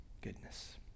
goodness